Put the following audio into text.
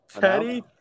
Teddy